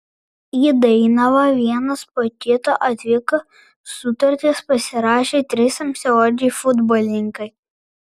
į dainavą vienas po kito atvyko sutartis pasirašė trys tamsiaodžiai futbolininkai